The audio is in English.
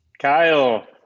Kyle